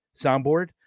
soundboard